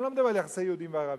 אני לא מדבר על יחסי יהודים וערבים.